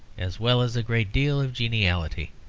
as well as a great deal of geniality.